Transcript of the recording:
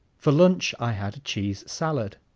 for lunch i had cheese salad.